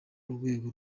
urwego